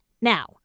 Now